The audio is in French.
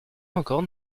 encore